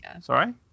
sorry